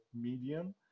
medium